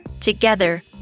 Together